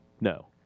no